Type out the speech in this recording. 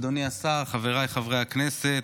אדוני השר, חבריי חברי הכנסת,